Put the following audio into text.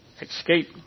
escape